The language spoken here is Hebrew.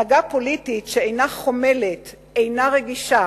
הנהגה פוליטית שאינה חומלת, אינה רגישה,